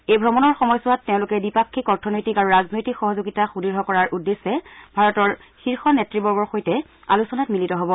এই ভ্ৰমণৰ সময়ছোৱাত তেওঁলোকে দ্বিপাক্ষিক অৰ্থনৈতিক আৰু ৰাজনৈতিক সহযোগিতা সুদৃঢ় কৰাৰ উদ্দেশ্যে ভাৰতৰ শীৰ্ষ নেত়বৰ্গৰ সৈতে আলোচনাত মিলিত হব